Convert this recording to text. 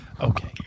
Okay